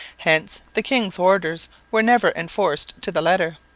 hence the king's orders were never enforced to the letter,